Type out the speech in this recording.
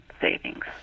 savings